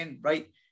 right